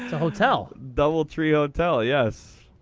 a hotel. double tree hotel, yes.